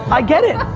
i get it,